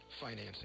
financing